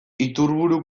iturburu